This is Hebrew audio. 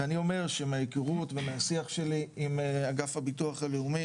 ואני אומר שמההיכרות ומהשיח שלי עם אגף הביטוח הלאומי